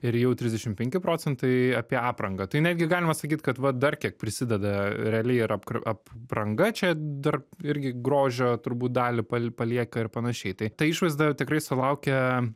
ir jau trisdešim penki procentai apie aprangą tai netgi galima sakyt kad va dar kiek prisideda realiai ir apk apranga čia dar irgi grožio turbūt dalį pa palieka ir panašiai tai išvaizda tikrai sulaukia